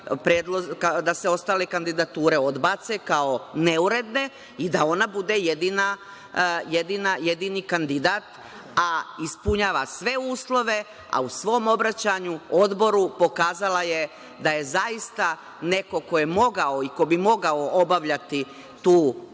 da se ostale kandidature odbace kao neuredne i da ona bude jedini kandidat, a ispunjava sve uslove, a u svom obraćanju Odboru pokazala je da je zaista neko ko je mogao i ko bi mogao obavljati tu funkciju,